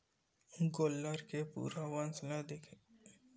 गोल्लर के पूरा वंस ल देखे जाथे के ओखर दाई ह कोन रिहिसए कतका दूद देवय अइसन